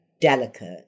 delicate